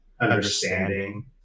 understanding